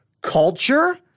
culture